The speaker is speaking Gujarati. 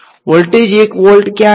વોલ્ટેજ એક વોલ્ટ ક્યાં છે